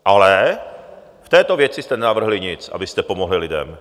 Ale... v této věci jste nenavrhli nic, abyste pomohli lidem.